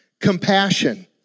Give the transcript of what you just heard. compassion